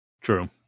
True